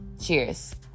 Cheers